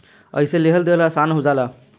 अइसे लेहल देहल आसन हो जाला